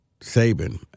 Saban